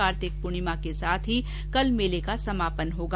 कार्तिक पूर्णिमा के साथ ही कल मेले का समापन होगा